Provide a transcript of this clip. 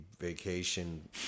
vacation